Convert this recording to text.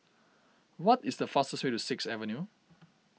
what is the fastest way to Sixth Avenue